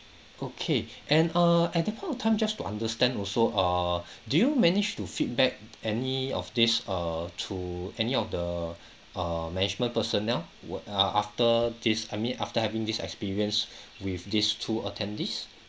okay and err at that point of time just to understand also err did you manage to feedback any of this err to any of the err management personnel were uh after this I mean after having this experience with these two attendees